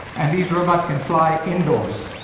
and these robots can fly indoors.